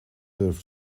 durft